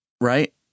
right